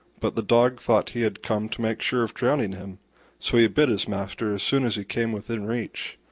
but the dog thought he had come to make sure of drowning him so he bit his master as soon as he came within reach,